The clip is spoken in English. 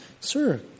sir